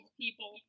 people